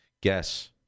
Guess